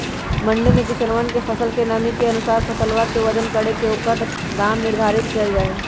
मंडी में किसनवन के फसल के नमी के अनुसार फसलवा के वजन करके ओकर दाम निर्धारित कइल जाहई